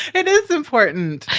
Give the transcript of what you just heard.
it is important.